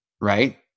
right